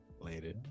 Later